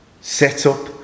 setup